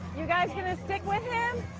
you guys going to stick with him?